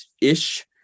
ish